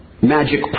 magic